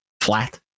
flat